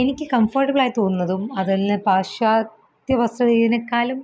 എനിക്ക് കംഫട്ടബിളായി തോന്നുന്നതും അതിൽ നിന്ന് പാശ്ചാത്യവസ്ത്ര രീതിയേക്കാളും